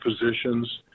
positions